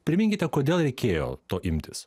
priminkite kodėl reikėjo to imtis